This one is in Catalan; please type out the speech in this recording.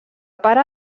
pare